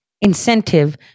incentive